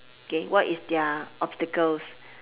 okay what is their obstacles